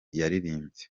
yaririmbye